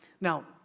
Now